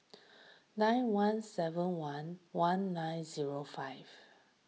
nine one seven one one nine zero five